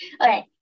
okay